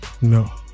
No